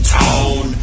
town